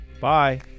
Bye